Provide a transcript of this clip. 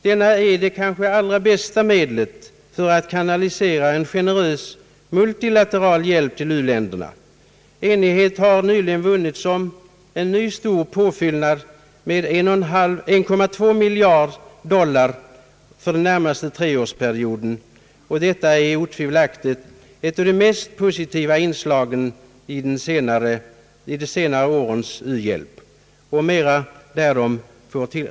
Denna fond är måhända det allra bästa medlet för att kanalisera generös multilateral hjälp till u-länderna. Enighet har nyligen vunnits om ett nytt stort bidrag med 1,2 miljard dollar för den närmaste treårsperioden. Detta är otvivelaktig ett av de mest positiva inslagen för u-hjälp under senare år.